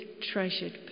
treasured